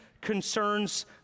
concerns